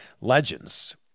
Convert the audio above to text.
legends